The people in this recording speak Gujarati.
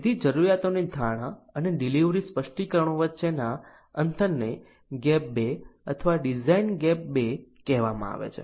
તેથી જરૂરિયાતોની ધારણા અને ડિલિવરી સ્પષ્ટીકરણો વચ્ચેના અંતરને ગેપ 2 અથવા ડિઝાઇન ગેપ કહેવામાં આવે છે